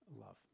love